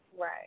right